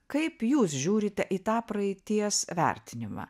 kaip jūs žiūrite į tą praeities vertinimą